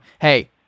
Hey